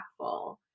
impactful